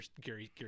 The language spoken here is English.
Gary